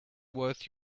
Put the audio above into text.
worth